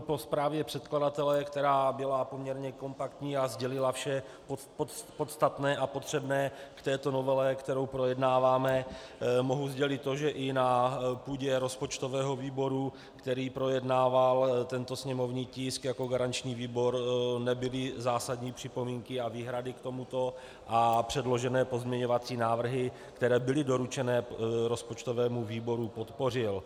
Po zprávě předkladatele, která byla poměrně kompaktní a sdělila vše podstatné a potřebné k této novele, kterou projednáváme, mohu sdělit to, že i na půdě rozpočtového výboru, který projednával tento sněmovní tisk jako garanční výbor, nebyly zásadní připomínky a výhrady k tomuto, a předložené pozměňovací návrhy, které byly doručeny rozpočtovému výboru, podpořil.